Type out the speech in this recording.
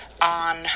on